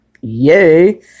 Yay